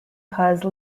cause